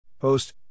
Host